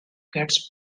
gets